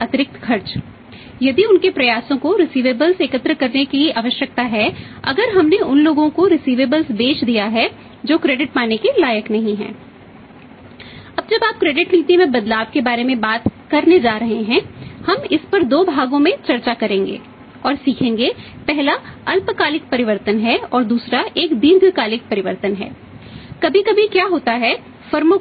अब जब आप क्रेडिट